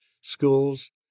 schools